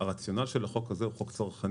הרציונל של החוק הזה הוא חוק צרכני,